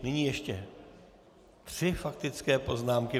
Nyní ještě tři faktické poznámky.